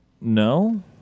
No